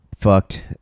fucked